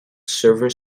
server